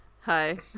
hi